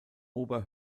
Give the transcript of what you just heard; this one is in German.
ober